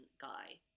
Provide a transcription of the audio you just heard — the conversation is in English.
guy